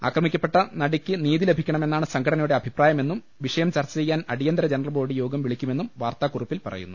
ആക്രമിക്കപ്പെട്ട നടിക്ക് നീതി ലഭിക്കണമെന്നാണ് സംഘടനയുടെ അഭിപ്രായമെന്നും വിഷയം ചർച്ചചെയ്യാൻ അടിയന്തര ജനറൽ ബോഡി യോഗം വിളിക്കുമെന്നും വാർത്താകുറിപ്പിൽ പറയുന്നു